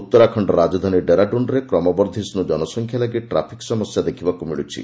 ଉତ୍ତରାଖଣ୍ଡ ରାଜଧାନୀ ଡେରାଡୁନ୍ରେ କ୍ରମବର୍ଦ୍ଧିଷ୍ଟୁ ଜନସଂଖ୍ୟା ଲାଗି ଟ୍ରାଫିକ୍ ସମସ୍ୟା ଦେଖିବାକୁ ମିଳୁଛି